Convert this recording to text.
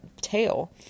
tail